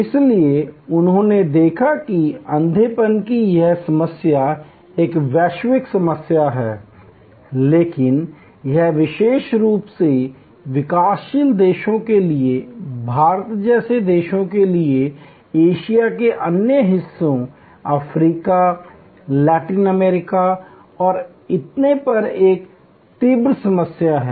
इसलिए उन्होंने देखा कि अंधेपन की यह समस्या एक वैश्विक समस्या है लेकिन यह विशेष रूप से विकासशील देशों के लिए भारत जैसे देशों के लिए एशिया के अन्य हिस्सों अफ्रीका लैटिन अमेरिका और इतने पर एक तीव्र समस्या है